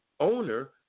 owner